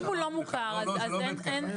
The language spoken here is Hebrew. אם הוא לא מוכר אז אין הצדקה.